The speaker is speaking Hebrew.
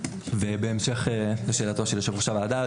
ובהמשך לשאלתו של יושב-ראש הוועדה,